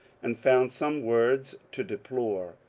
and found some words to deplore.